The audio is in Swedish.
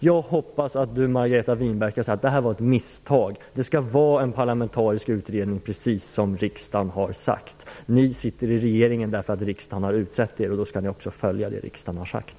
Jag hoppas att Margareta Winberg skall säga att detta var ett misstag och att utredningen skall vara parlamentarisk, precis som riksdagen har bestämt. Ni sitter i regeringen därför att riksdagen har utsett er, och då skall ni också följa riksdagens beslut.